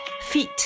Feet